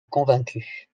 convaincue